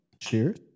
cheers